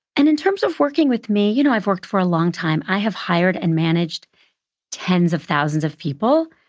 and in terms of working with me, you know, i've worked for a long time. i have hired and managed tens of thousands of people.